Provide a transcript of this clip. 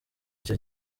icyo